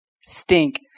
stink